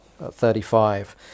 35